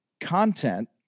content